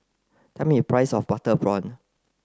tell me a price of butter prawn